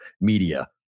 media